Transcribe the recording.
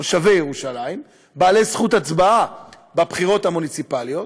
בעלי זכות הצבעה בבחירות המוניציפליות,